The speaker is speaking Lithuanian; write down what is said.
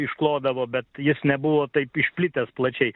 išklodavo bet jis nebuvo taip išplitęs plačiai